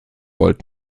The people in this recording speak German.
volt